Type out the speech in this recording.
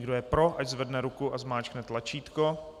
Kdo je pro, ať zvedne ruku a zmáčkne tlačítko.